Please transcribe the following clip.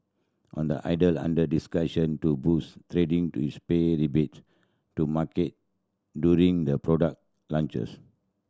on the either under discussion to boost trading is pay rebate to market during the product launches